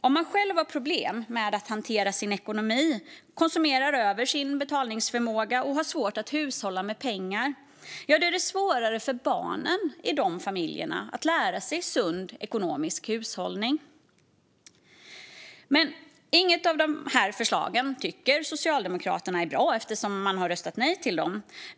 Om man själv har problem med att hantera sin ekonomi, konsumerar över sin betalningsförmåga och har svårt att hushålla med pengar är det svårare för barnen i de familjerna att lära sig sund ekonomisk hushållning. Men inget av dessa förslag tycker Socialdemokraterna är bra, eftersom man har röstat nej till dem.